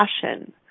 passion